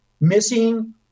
Missing